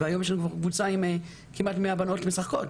והיום יש לנו כבר קבוצה עם כמעט 100 בנות משחקות.